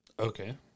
Okay